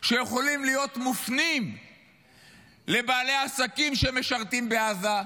שיכולים להיות מופנים לבעלי עסקים שמשרתים בעזה,